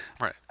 Right